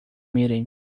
meeting